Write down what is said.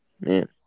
man